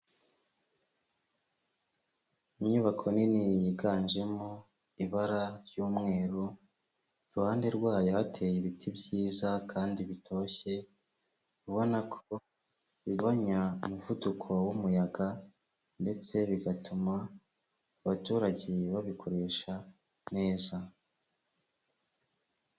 Inyubako nini yiganjemo ibara ry'umweru, iruhande rwayo hateye ibiti byiza kandi bitoshye ubona ko bigabanya umuvuduko w'umuyaga, ndetse bigatuma abaturage babikoresha neza.